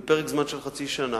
בפרק זמן של חצי שנה,